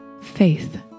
faith